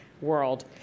world